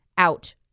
Out